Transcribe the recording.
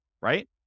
right